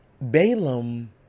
Balaam